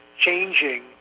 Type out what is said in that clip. changing